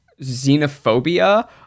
xenophobia